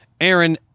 Aaron